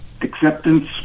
acceptance